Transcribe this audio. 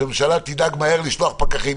שהממשלה תדאג מהר לשלוח פקחים.